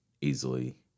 easily